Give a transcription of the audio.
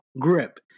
grip